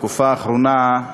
בתקופה האחרונה,